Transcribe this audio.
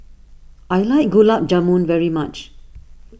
I like Gulab Jamun very much